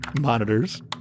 monitors